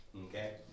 Okay